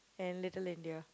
and Little-India